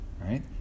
right